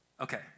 Okay